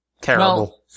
Terrible